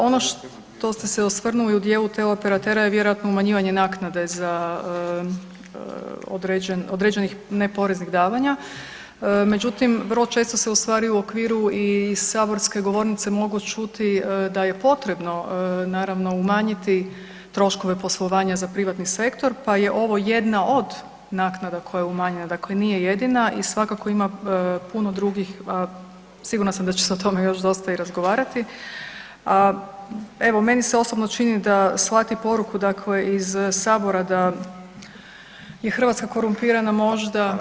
Ono što ste se osvrnuli u dijelu teleoperatera je vjerojatno umanjivanje naknade za određenih neporeznih davanja, međutim, vrlo često se ustvari u okviru saborske govornice moglo čuti da je potrebno, naravno, umanjiti troškove poslovanja za privatni sektor, pa je ovo jedna od naknada koja je umanjena, dakle nije jedina i svakako ima puno drugih, sigurna sam da će se o tome još dosta i razgovarati, a evo, meni se osobno čini da slati poruku dakle iz Sabora da je Hrvatska korumpirana, možda